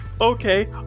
Okay